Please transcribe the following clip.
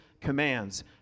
commands